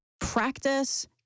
practice